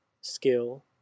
skill